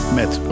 met